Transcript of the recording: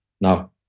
Now